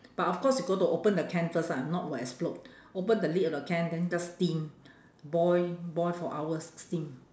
but of course you got to open the can first ah if not will explode open the lid of the can then just steam boil boil for hours steam